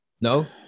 No